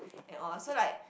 and all so like